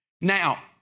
Now